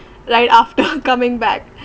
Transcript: like after coming back